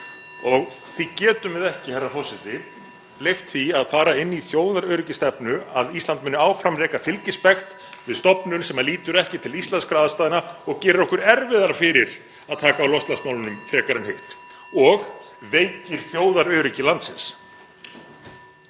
og því getum við ekki, herra forseti, leyft því að fara inn í þjóðaröryggisstefnu að Ísland muni áfram reka fylgispekt við stofnun sem lítur ekki til íslenskra aðstæðna og gerir okkur erfiðara fyrir (Forseti hringir.) að taka á loftslagsmálunum frekar en hitt og veikir þjóðaröryggi landsins.